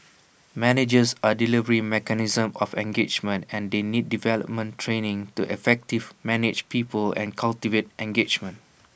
managers are the delivery mechanism of engagement and they need development training to effective manage people and cultivate engagement